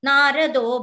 Narado